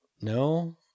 No